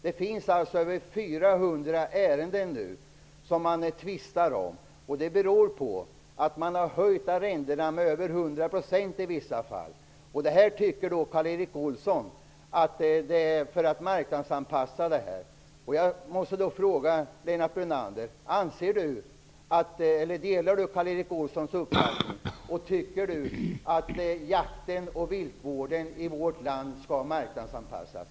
Det tvistas nu om 400 ärenden som handlar om att man i vissa fall har höjt arrendena med över 100 %. Enligt Karl Erik Olsson är detta en marknadsanpassning. Jag måste då fråga Lennart Brunander om han delar Karl Erik Olssons uppfattning att jakten och viltvården i vårt land skall marknadsanpassas.